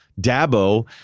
Dabo